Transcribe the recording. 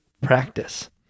practice